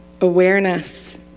awareness